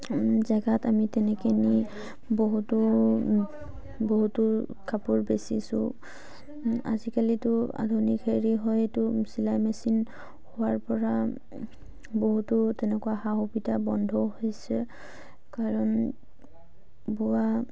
জেগাত আমি তেনেকে নি বহুতো বহুতো কাপোৰ বেচিছোঁ আজিকালিতো আধুনিক হেৰি হয়তো চিলাই মেচিন হোৱাৰ পৰা বহুতো তেনেকুৱা সা সুবিধা বন্ধ হৈছে কাৰণ বোৱা